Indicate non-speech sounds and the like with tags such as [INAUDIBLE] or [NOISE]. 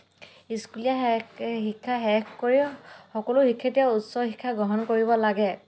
স্কুলীয়া [UNINTELLIGIBLE] শিক্ষা শেষ কৰি সকলো শিক্ষাৰ্থীয়ে উচ্চ শিক্ষা গ্ৰহণ কৰিব লাগে